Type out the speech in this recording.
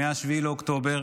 מ-7 באוקטובר.